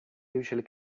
usually